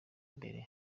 mbere